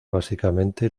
básicamente